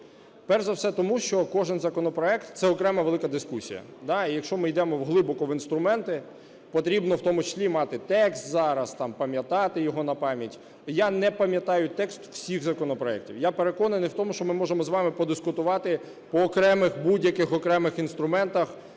Перш за все тому, що кожен законопроект – це окрема велика дискусія. І якщо ми йдемо глибоко в інструменти, потрібно в тому числі мати й текст зараз, пам'ятати його на пам'ять. Я не пам'ятаю текст всіх законопроектів. Я переконаний в тому, що ми можемо з вами подискутувати по окремих, будь-яких окремих інструментах